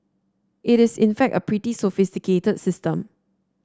it is in fact a pretty sophisticated system